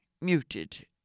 muted